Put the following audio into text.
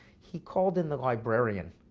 he called in the librarian